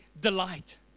delight